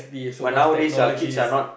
but nowadays ah kids are not